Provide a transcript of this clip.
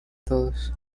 todos